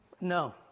no